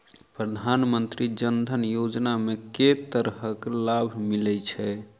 प्रधानमंत्री जनधन योजना मे केँ तरहक लाभ मिलय छै?